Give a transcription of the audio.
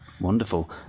Wonderful